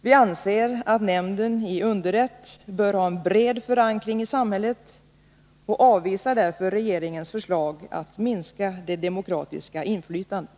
Vi anser att nämnden i underrätt bör ha bred förankring i samhället och avvisar därför regeringens förslag att minska det demokratiska inflytandet.